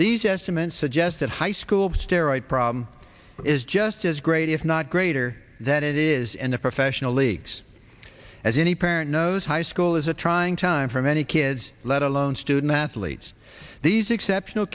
these estimates suggest that high school steroids problem is just as great if not greater that it is in the professional leagues as any parent knows high school is a trying time for many kids let alone student athletes these exceptional